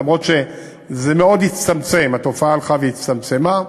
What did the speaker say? למרות שהתופעה הלכה והצטמצמה.